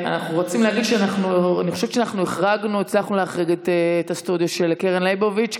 אני חושבת שהצלחנו להחריג את הסטודיו של קרן לייבוביץ'